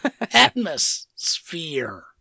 Atmosphere